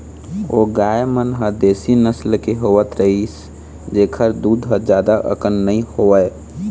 ओ गाय मन ह देसी नसल के होवत रिहिस जेखर दूद ह जादा अकन नइ होवय